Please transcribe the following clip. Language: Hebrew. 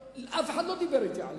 אף אחד לא דיבר אתי עליהם.